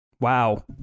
Wow